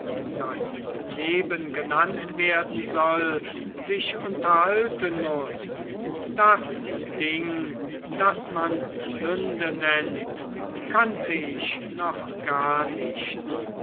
was leben genannt werden soll sich unterhalten muß das ding das man sünde nennt kannte ich noch gar nicht